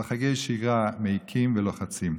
אבל חיי שגרה הם מעיקים ולוחצים.